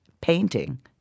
painting –